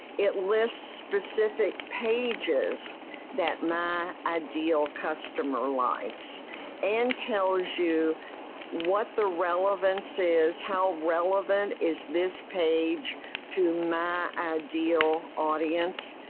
it lists specific pages that my ideal customer likes and tell you what the relevance is. how relevant is this page to my ideal audience?